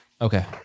Okay